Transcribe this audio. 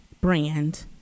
brand